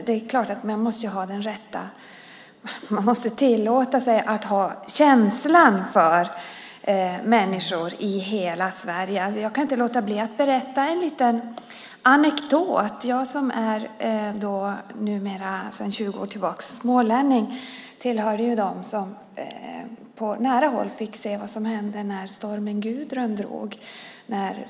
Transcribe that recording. Det är klart att man måste tillåta sig att ha känslan för människor i hela Sverige. Jag kan inte låta bli att berätta en liten anekdot. Jag som sedan 20 år tillbaka är smålänning tillhör dem som på nära håll fick se vad som hände när stormen Gudrun drog fram.